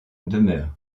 demeurent